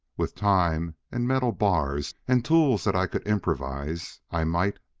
with time and metal bars and tools that i could improvise i might.